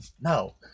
No